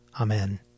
Amen